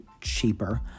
cheaper